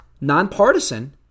nonpartisan